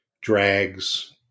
drags